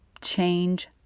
change